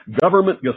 government